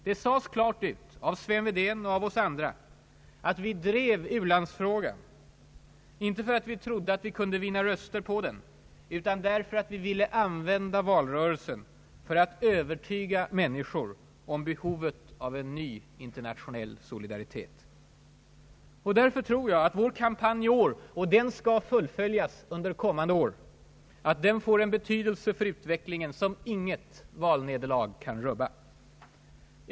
Det sades klart ut, av Sven Wedén och av oss andra, att vi drev ulandsfrågan inte för att vi trodde att vi skulle vinna röster på den, utan därför att vi ville använda valrörelsen för att övertyga människor om behovet av en ny internationell solidaritet. Och därför tror jag att vår kampanj i år — och den skall fullföljas under kommande år! — får en betydelse för utvecklingen som inget valnederlag kan rubba.